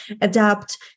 adapt